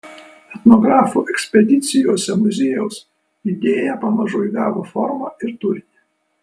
etnografų ekspedicijose muziejaus idėja pamažu įgavo formą ir turinį